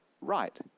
right